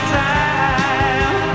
time